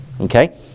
Okay